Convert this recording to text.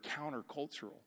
countercultural